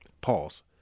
Pause